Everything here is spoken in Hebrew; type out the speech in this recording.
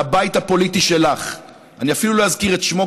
מהבית הפוליטי שלך אני אפילו לא אזכיר את שמו,